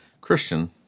Christian